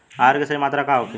आहार के सही मात्रा का होखे?